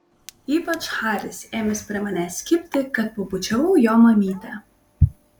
ypač haris ėmęs prie manęs kibti kad pabučiavau jo mamytę